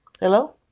hello